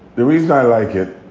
the reason i like it